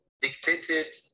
dictated